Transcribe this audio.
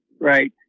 right